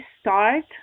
start